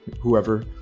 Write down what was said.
whoever